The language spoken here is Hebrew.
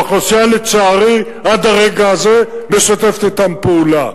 והאוכלוסייה, לצערי, עד הרגע הזה משתפת אתם פעולה.